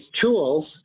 tools